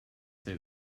say